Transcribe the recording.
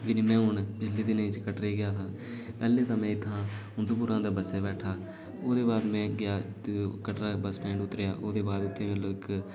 ते हून में पिच्छले दिनें कटरे गेदा हा पैह्लें ते में इत्थुआं उधमपुरा दा बस्सै ई बैठा ओह्दे बाद में गेआ कटरा बस्स स्टैंड उतरेआ ओह्दे बाद में उत्थुआं में